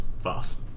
fast